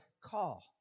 call